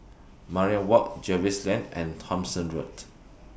Mariam Walk Jervois Lane and Thomson Road